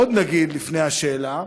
עוד נגיד, לפני השאלה,